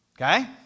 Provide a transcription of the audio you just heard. okay